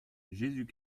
jésus